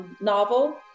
novel